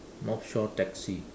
north shore taxi